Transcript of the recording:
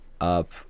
up